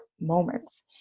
moments